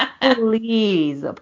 please